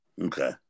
Okay